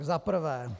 Za prvé.